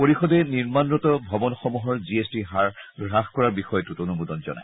পৰিষদে নিৰ্মাণৰত ভৱনসমূহৰ জি এছ টিৰ হাৰ হ্ৰাস কৰাৰ বিষয়টো অনুমোদন জনায়